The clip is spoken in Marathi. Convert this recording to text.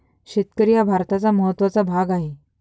शेतकरी हा भारताचा महत्त्वाचा भाग आहे